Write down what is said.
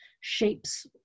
shapes